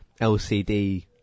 LCD